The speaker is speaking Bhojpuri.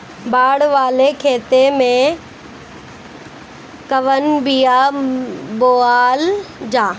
बाड़ वाले खेते मे कवन बिया बोआल जा?